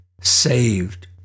saved